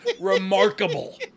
remarkable